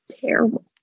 terrible